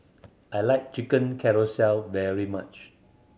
I like Chicken Casserole very much